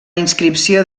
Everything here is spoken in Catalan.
inscripció